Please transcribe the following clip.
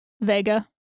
vega